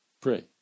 Pray